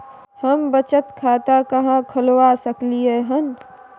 हम बचत खाता कहाॅं खोलवा सकलिये हन?